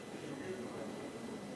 ייכנס גם מבקר המדינה.